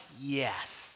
yes